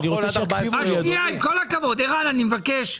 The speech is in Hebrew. אני מבקש.